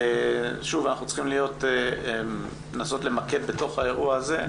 שוב, אנחנו צריכים לנסות למקד בתוך האירוע הזה.